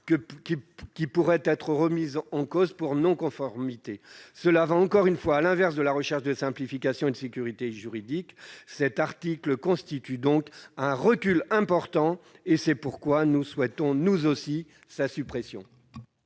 qui pourraient être remis en cause pour non-conformité. Cela va, encore une fois, à l'inverse de la recherche de simplification et de sécurité juridique. Cet article constitue un recul important, et c'est pourquoi nous aussi souhaitons sa suppression.